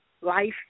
life